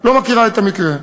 לא מכירה את המקרה.